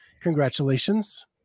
Congratulations